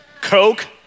Coke